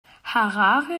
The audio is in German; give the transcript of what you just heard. harare